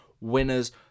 Winners